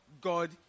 God